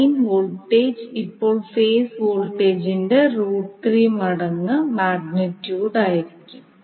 line voltage ഇപ്പോൾ phase വോൾട്ടേജിന്റെ മടങ്ങ് മാഗ്നിറ്റ്യൂഡ് ആയിരിക്കും